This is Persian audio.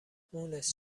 مونس